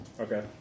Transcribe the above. Okay